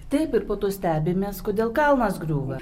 taip ir po to stebimės kodėl kalnas griūva